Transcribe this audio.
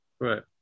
Right